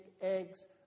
Eggs